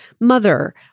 mother